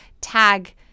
tag